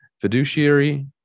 fiduciary